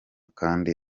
kandi